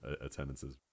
attendances